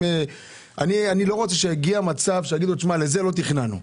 אני לא רוצה להגיע למצב שנגיד: את זה לא תכננו.